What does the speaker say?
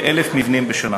כ-1,000 מבנים בשנה.